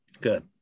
good